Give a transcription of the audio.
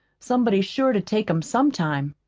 somebody's sure to take em some time.